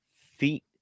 Feet